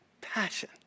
Passion